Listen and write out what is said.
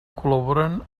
col·laboren